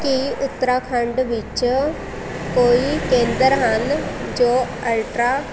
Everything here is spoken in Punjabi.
ਕੀ ਉਤਰਾਖੰਡ ਵਿੱਚ ਕੋਈ ਕੇਂਦਰ ਹਨ ਜੋ ਅਲਟਰਾ